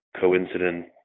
coincident